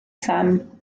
sam